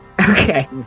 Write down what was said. Okay